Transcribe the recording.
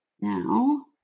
Now